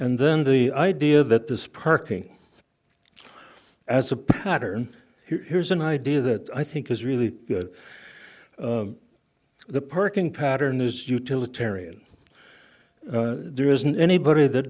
and then the idea that this parking as a pattern here's an idea that i think is really good the parking pattern is utilitarian there isn't anybody that